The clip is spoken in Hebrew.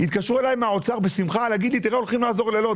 התקשרו אלי מהאוצר בשמחה לומר לי שהולכים לעזור ללוד,